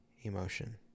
emotion